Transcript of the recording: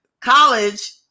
college